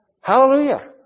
Hallelujah